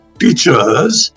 teachers